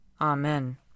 Amen